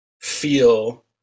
feel